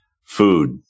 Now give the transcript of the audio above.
food